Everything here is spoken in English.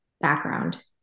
background